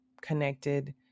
connected